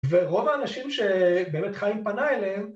ורוב האנשים שבאמת חיים פנה אליהם